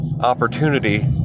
opportunity